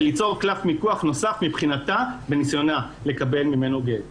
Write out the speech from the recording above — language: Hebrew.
ליצור קלף מיקוח נוסף מבחינתה בניסיונה לקבל ממנו גט ...